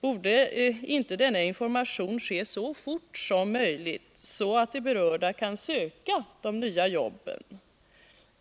Borde inte denna information gå ut så fort som möjligt, så att de berörda kan söka de nya jobben?